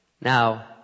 Now